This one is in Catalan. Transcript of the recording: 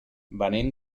venim